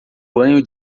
banho